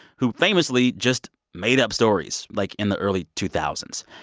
who famously just made up stories, like, in the early two thousand